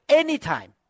anytime